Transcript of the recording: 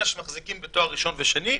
והם מחזיקים בתואר ראשון ושני.